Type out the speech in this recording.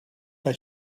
but